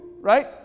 right